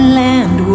land